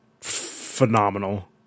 phenomenal